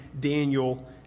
Daniel